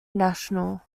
national